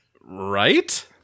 right